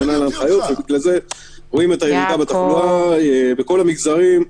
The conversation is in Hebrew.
רואים את הירידה בכל המגזרים.